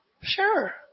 Sure